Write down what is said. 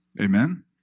Amen